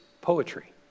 poetry